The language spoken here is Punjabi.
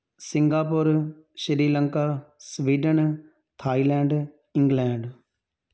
Singapore Sri Lanka Sweden Thailand England